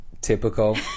Typical